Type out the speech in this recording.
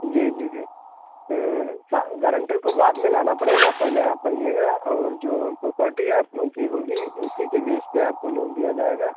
जी जी गारन्टर को बाद में लाना पड़ेगा पहले आप आइएगा और जो हाँ प्रॉपर्टी आपकी होगी उसी के बेस पर आपको लोन दिया जाएगा